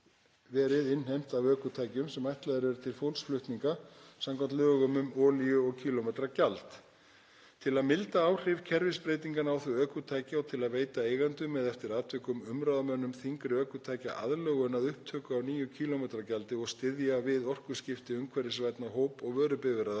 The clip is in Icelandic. verið innheimt af ökutækjum sem ætluð eru til fólksflutninga samkvæmt lögum um olíu- og kílómetragjald. Til að milda áhrif kerfisbreytinganna á þau ökutæki og til að veita eigendum eða eftir atvikum umráðamönnum þyngri ökutækja aðlögun að upptöku á nýju kílómetragjaldi og styðja við orkuskipti umhverfisvænna hóp- og vörubifreiða